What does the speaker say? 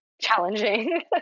challenging